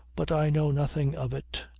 but i know nothing of it.